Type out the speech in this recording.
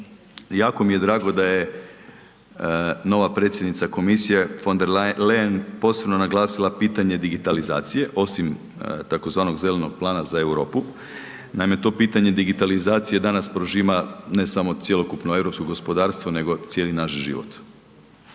Jako mi je drago da je nova predsjednica komisije von der Leyen posebno naglasila pitanje digitalizacije osim tzv. zelenog plana za Europu. Naime, to pitanje digitalizacije danas prožima ne samo cjelokupno europsko gospodarstvo nego cijeli naš život.